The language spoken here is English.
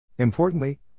Importantly